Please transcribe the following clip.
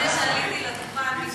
לפני שעליתי לדוכן.